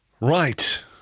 Right